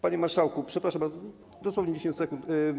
Panie marszałku, przepraszam, dosłownie 10 sekund.